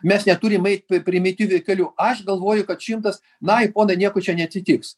mes neturim eit primityviu keliu aš galvoju kad šimtas na ikona nieko čia neatsitiks